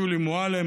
שולי מועלם,